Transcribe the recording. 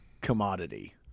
commodity